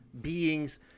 beings